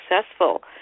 successful